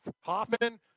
hoffman